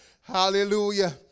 Hallelujah